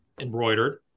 embroidered